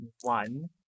one